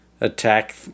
attack